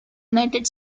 united